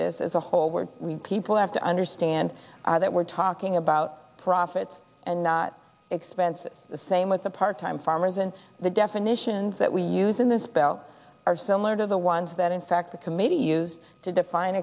this as a whole were we people have to understand that we're talking about profits and not expenses the same with a part time farmers and the definitions that we use in this bill are similar to the ones that in fact the committee used to define